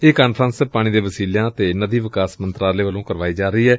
ਇਹ ਕਾਨਫਰੰਸ ਪਾਣੀ ਦੇ ਵਸੀਲਿਆ ਅਤੇ ਨਦੀ ਵਿਕਾਸ ਮੰਤਰਾਲੇ ਵੱਲੋਂ ਕਰਵਾਈ ਜਾ ਰਹੀ ਏ